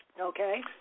Okay